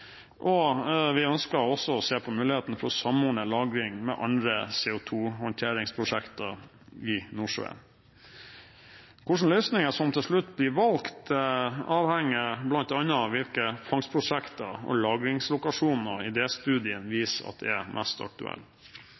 og vi ønsker også å se på muligheten for å samordne lagring med andre CO2-håndteringsprosjekter i Nordsjøen. Hva slags løsninger som til slutt blir valgt, avhenger bl.a. av hvilke fangstprosjekter og lagringslokasjoner idéstudiene viser er mest aktuelle.